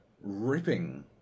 ripping